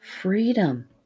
freedom